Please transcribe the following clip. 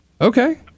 okay